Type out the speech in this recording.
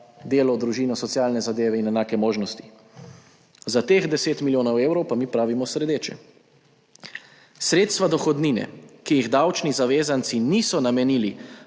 delo, družino, socialne zadeve in enake možnosti. Za teh 10 milijonov evrov pa mi pravimo sledeče: »Sredstva dohodnine, ki jih davčni zavezanci niso namenili